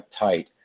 uptight